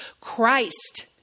Christ